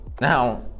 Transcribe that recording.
Now